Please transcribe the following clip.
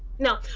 no,